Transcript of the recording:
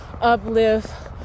uplift